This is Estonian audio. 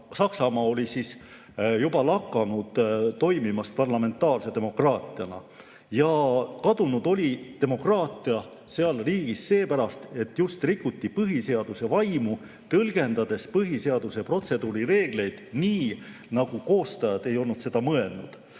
Saksamaa oli juba lakanud toimimast parlamentaarse demokraatiana. Kadunud oli demokraatia seal riigis seepärast, et just rikuti põhiseaduse vaimu, tõlgendades põhiseaduse protseduurireegleid nii, nagu koostajad ei olnud seda mõelnud.